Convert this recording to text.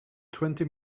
twenty